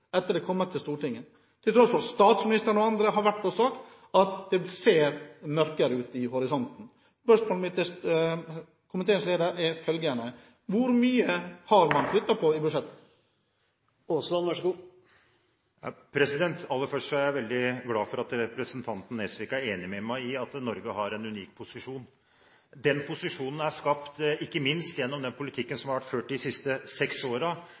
etter at det har kommet til Stortinget, selv om statsministeren og andre har sagt at det ser mørkere ut i horisonten. Spørsmålet mitt til komiteens leder er følgende: Hvor mye har man flyttet på i budsjettet? Aller først er jeg veldig glad for at representanten Nesvik er enig med meg i at Norge har en unik posisjon. Den posisjonen er skapt ikke minst gjennom den politikken som har vært ført de siste seks